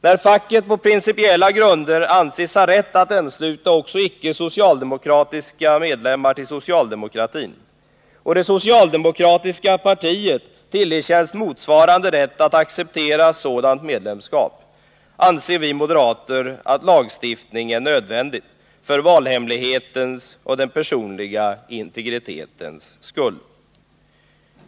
När facket på principiella grunder anses ha rätt att ansluta också icke socialdemokratiska medlemmar till socialdemokratin och det socialdemokratiska partiet tillerkänns motsvarande rätt att acceptera sådant medlemskap, anser vi moderater att lagstiftning är nödvändig för valhemlighetens och den personliga integritetens skull.